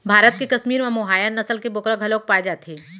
भारत के कस्मीर म मोहायर नसल के बोकरा घलोक पाए जाथे